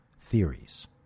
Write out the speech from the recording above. theories